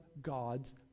God's